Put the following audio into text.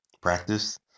practice